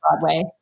Broadway